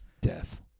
Death